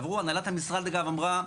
הנהלת המשרד אגב אמרה,